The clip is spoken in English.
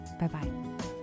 bye-bye